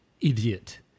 idiot